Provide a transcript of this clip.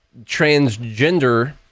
transgender